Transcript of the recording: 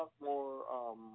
more